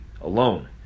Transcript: alone